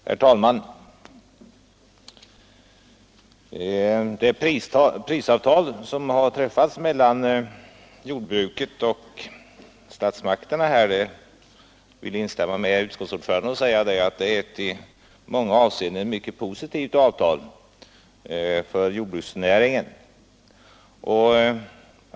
Herr talman! Jag vill instämma med utskottets ordförande och säga att det prisavtal som har träffats mellan jordbruket och statsmakterna är i många avseenden positivt för jordbruksnäringen.